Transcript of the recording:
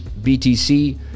BTC